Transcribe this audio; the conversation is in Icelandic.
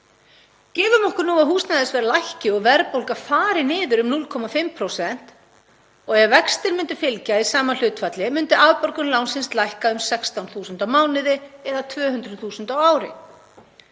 Gefum okkur nú að húsnæðisverð lækki og verðbólga fari niður um 0,5%. Ef vextir myndu fylgja í sama hlutfalli myndi afborgun lánsins lækka um 16.000 á mánuði eða 200.000 á ári.